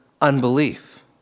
unbelief